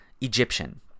Egyptian